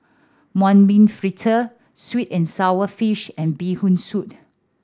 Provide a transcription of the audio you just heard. mung bean fritter sweet and sour fish and Bee Hoon Soup